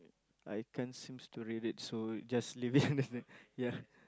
I can't seems to read it so just leave it ya